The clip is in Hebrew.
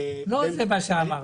לא זה מה שאמרנו.